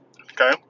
Okay